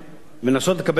לנסות לקבל את הכסף,